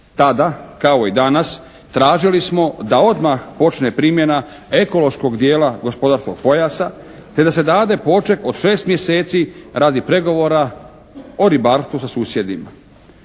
Tada kao i danas tražili smo da odmah počne primjena ekološkog dijela gospodarskog pojasa te da se dade poček od 6 mjeseci radi pregovora o ribarstvu sa susjedima.